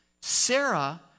Sarah